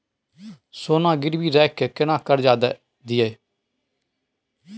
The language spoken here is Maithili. सोना गिरवी रखि के केना कर्जा दै छियै?